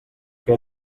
que